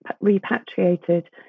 repatriated